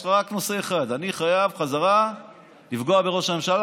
יש לך רק נושא אחד: אני חייב חזרה לפגוע בראש הממשלה,